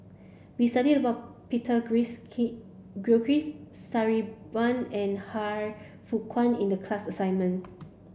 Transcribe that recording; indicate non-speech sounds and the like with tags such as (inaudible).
we studied about Peter (unintelligible) Gilchrist Sabri Buang and Han Fook Kwang in the class assignment